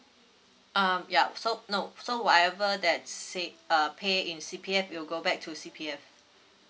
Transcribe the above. uh yup so no so whatever that's said uh paid in C_P_F will go back to C_P_F